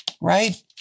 right